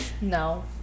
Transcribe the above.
No